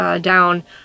Down